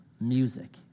music